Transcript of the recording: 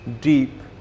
deep